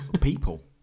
People